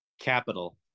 Capital